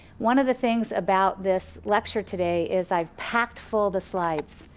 one of the things about this lecture today, is i packed full the slides,